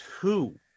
two